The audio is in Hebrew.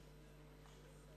תודה.